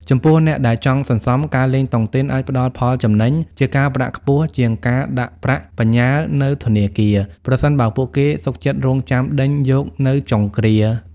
ចំពោះអ្នកដែលចង់សន្សំ ការលេងតុងទីនអាចផ្ដល់ផលចំណេញជាការប្រាក់ខ្ពស់ជាងការដាក់ប្រាក់បញ្ញើនៅធនាគារ ប្រសិនបើពួកគេសុខចិត្តរង់ចាំដេញយកនៅចុងគ្រា។